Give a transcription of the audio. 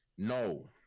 No